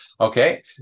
Okay